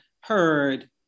heard